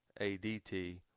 ADT